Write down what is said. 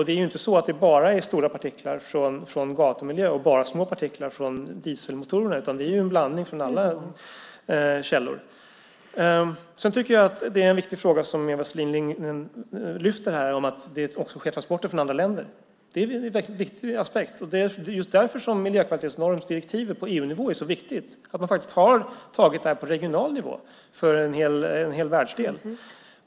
Det är inte så att det bara är stora partiklar från gatumiljö och bara små partiklar från dieselmotorerna. Det är ju en blandning från alla källor. Sedan tycker jag att det är en viktig fråga som Eva Selin Lindgren lyfter fram när hon talar om att det också sker transporter från andra länder. Det är en viktig aspekt. Det är just därför miljökvalitetsnormsdirektivet på EU-nivå är så viktigt, att man faktiskt har tagit det här på regional nivå för en hel världsdel.